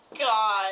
God